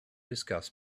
discuss